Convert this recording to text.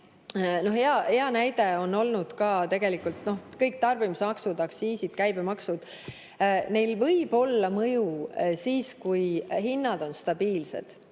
Hea näide on olnud tegelikult kõik tarbimismaksud, aktsiisid, käibemaksud. Neil võib olla mõju siis, kui hinnad on stabiilsed.